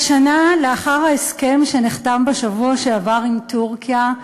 והשנה, לאחר שנחתם בשבוע שעבר ההסכם עם טורקיה,